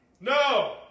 No